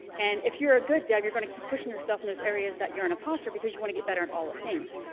and if you're a good dev, you're gonna keep pushing yourself in those areas that you're an imposter because you want to get better in all the things.